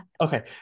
Okay